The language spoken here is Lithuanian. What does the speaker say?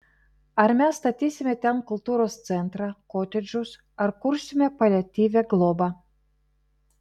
ar mes statysime ten kultūros centrą kotedžus ar kursime paliatyvią globą